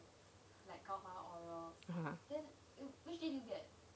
ya